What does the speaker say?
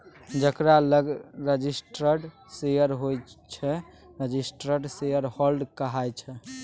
जकरा लग registered share होइ छै रजिस्टर्ड शेयरहोल्डर कहाइ छै